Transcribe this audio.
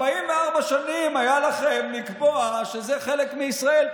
44 שנים היו לכם לקבוע שזה חלק מישראל.